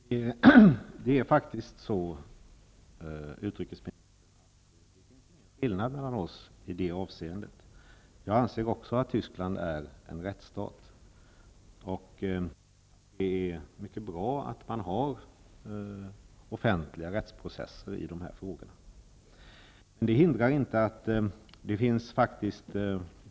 Fru talman! Det finns faktiskt ingen som helst skillnad mellan våra åsikter i det avseendet. Jag anser också att Tyskland är en rättsstat. Det är mycket bra att man har offentliga rättsprocesser i sådana här frågor. Men det hindrar inte att man uttalar sig i frågan.